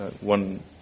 one